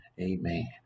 amen